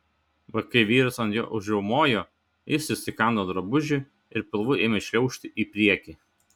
bet kai vyras ant jo užriaumojo jis įsikando drabužį ir pilvu ėmė šliaužti į priekį